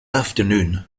afternoon